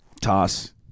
Toss